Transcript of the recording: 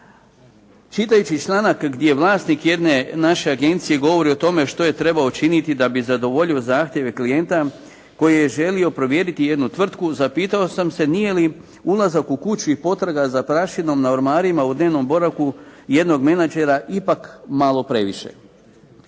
Čitajući članak gdje vlasnik jedne naše agencije govori o tome što je trebao činiti da bi zadovoljio zahtjeve klijenata koji je želio provjeriti jednu tvrtku zapitao sam se nije li ulazak u kuću i potraga za prašinom na ormarima u dnevnom boravku jednog menagera ipak malo previše.